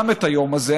שיזם את היום הזה.